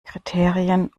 kriterien